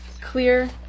clear